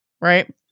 right